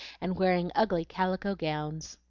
and wearing ugly calico gowns.